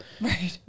right